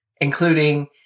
including